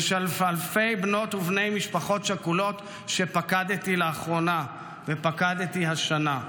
ושל אלפי בנות ובני משפחות שכולות שפקדתי לאחרונה ופקדתי השנה.